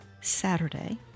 Saturday